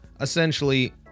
essentially